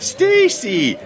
Stacy